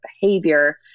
behavior